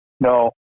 No